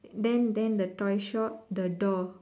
then then the toy shop the door